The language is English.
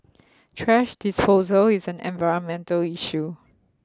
thrash disposal is an environmental issue